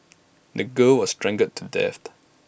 the girl was strangled to death